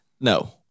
No